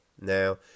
Now